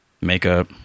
Makeup